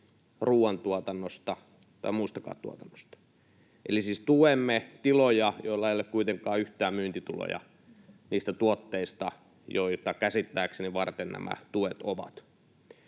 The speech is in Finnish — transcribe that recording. ruoantuotannosta tai muustakaan tuotannosta, eli siis tuemme tiloja, joilla ei ole kuitenkaan yhtään myyntituloja niistä tuotteista, joita varten käsittääkseni nämä tuet ovat,